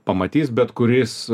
pamatys bet kuris